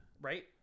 Right